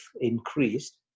increased